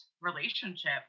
relationship